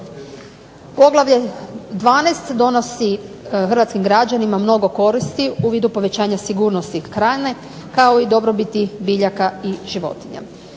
Poglavlje 12. donosi hrvatskim građanima mnogo koristi u vidu povećanja sigurnosti hrane kao i dobrobiti biljaka i životinja.